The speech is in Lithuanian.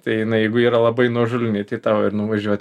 tai jinai jeigu yra labai nuožulni tai tau ir nuvažiuoti